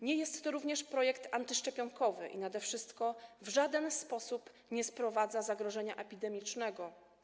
Nie jest to również projekt antyszczepionkowy i nade wszystko w żaden sposób nie sprowadza zagrożenia epidemicznego.